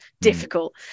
difficult